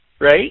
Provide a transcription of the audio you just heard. right